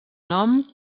nom